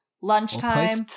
lunchtime